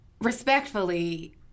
respectfully